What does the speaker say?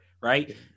right